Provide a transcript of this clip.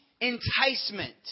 enticement